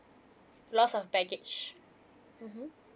lost of baggage mmhmm